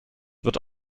wird